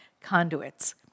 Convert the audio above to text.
conduits